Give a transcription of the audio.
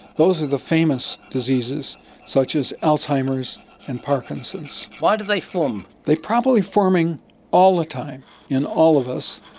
those are the famous diseases such as alzheimer's and parkinson's. why do they form? they are probably forming all the time in all of us,